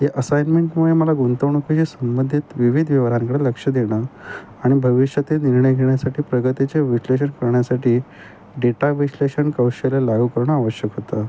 हे असायनमेंटमुळे मला गुंतवणुकीशी संबंधित विविध व्यवहारांकडे लक्ष देणं आणि भविष्यातील निर्णय घेण्यासाठी प्रगतीचे विश्लेषण करण्यासाठी डेटा विश्लेषण कौशल्य लागू करणं आवश्यक होतं